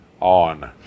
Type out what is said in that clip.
on